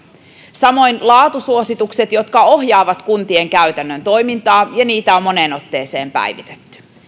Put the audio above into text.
samoin laatusuositukset jotka ohjaavat kuntien käytännön toimintaa ja niitä on moneen otteeseen päivitetty